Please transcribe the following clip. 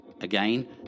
Again